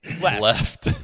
left